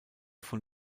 von